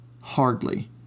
Hardly